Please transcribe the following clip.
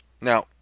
Now